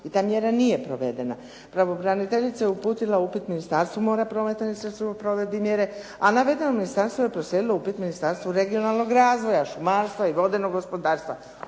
i ta mjera nije provedena. Pravobraniteljica je uputila upit Ministarstvu mora, prometa i razvitka o provedbi mjere, a navedeno ministarstvo je proslijedilo upit Ministarstvu regionalnog razvoja, šumarstva i vodnog gospodarstva.